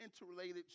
interrelated